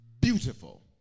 beautiful